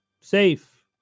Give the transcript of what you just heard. Safe